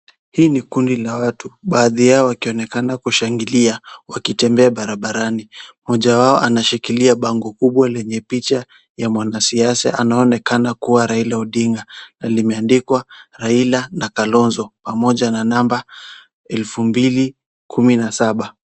Hii ni kundi la watu, baadhi yao wakionekana kushangilia, wakitembea barabarani. Mmoja wao anashikilia bango kubwa lenye picha ya mwanasiasa, anayeonekana kuwa Rails Odinga na limeandikwa Raila na Kalonzo pamoja na namba 2017.